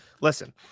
Listen